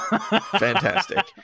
fantastic